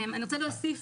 אני רוצה להוסיף